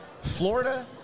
Florida